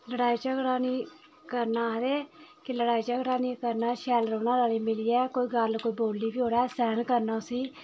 लड़ाई झगड़ा निं करना आखदे कि लड़ाई झगड़ा निं करना शैल रौह्ना रली मिलियै कोई गल्ल कोई बोल्ली बी ओड़ै सैह्न करना उसी